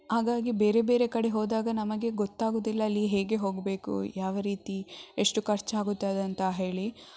ಹಾಗಾಗಿ ಬೇರೆ ಬೇರೆ ಕಡೆ ಹೋದಾಗ ನಮಗೆ ಗೊತ್ತಾಗೋದಿಲ್ಲ ಅಲ್ಲಿ ಹೇಗೆ ಹೋಗಬೇಕು ಯಾವ ರೀತಿ ಎಷ್ಟು ಖರ್ಚಾಗುತ್ತದೆ ಅಂತ ಹೇಳಿ